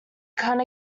can’t